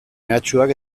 mehatxuak